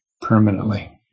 permanently